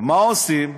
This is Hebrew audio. מה עושים?